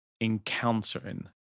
encountering